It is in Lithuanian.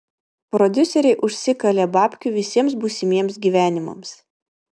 prodiuseriai užsikalė babkių visiems būsimiems gyvenimams